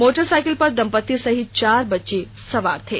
motorcycle पर दंपती सहित चार बच्चे सवार थे